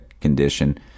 condition